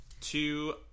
Two